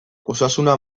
osasuna